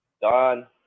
done